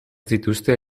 dituzte